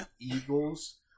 Eagles